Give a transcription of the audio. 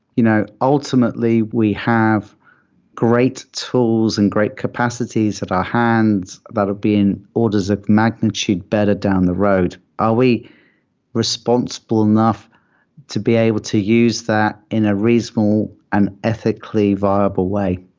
you know ultimately, we have great tools and great capacities at our hands that are being orders of magnitude better down the road. are we responsible enough to be able to use that in a reasonable and ethically viable way?